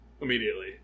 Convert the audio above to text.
immediately